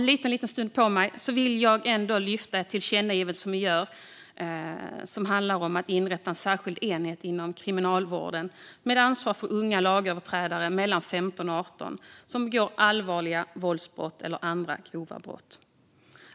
Slutligen vill jag lyfta ett tillkännagivande som handlar om att inrätta en särskild enhet inom kriminalvården med ansvar för unga lagöverträdare mellan 15 och 18 år som begår allvarliga våldsbrott eller andra grova brott.